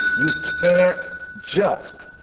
you can't just.